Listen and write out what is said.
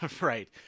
Right